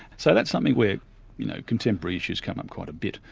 so that's something where you know contemporary issues come up quite a bit.